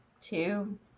two